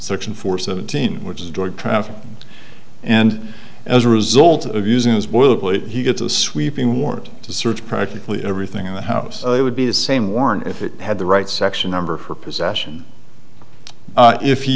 section four seventeen which is drug trafficking and as a result of using this boilerplate he gets a sweeping warrant to search practically everything in the house it would be the same warrant if it had the right section number for possession if you